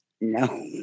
No